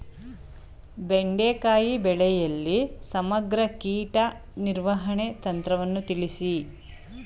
ಬೆಂಡೆಕಾಯಿ ಬೆಳೆಯಲ್ಲಿ ಸಮಗ್ರ ಕೀಟ ನಿರ್ವಹಣೆ ತಂತ್ರವನ್ನು ತಿಳಿಸಿ?